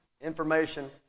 information